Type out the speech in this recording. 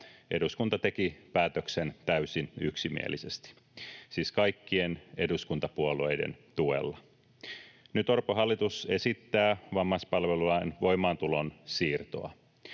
eduskunta teki päätöksen täysin yksimielisesti, siis kaikkien eduskuntapuolueiden tuella. Nyt Orpon hallitus esittää vammaispalvelulain voimaantulon siirtoa.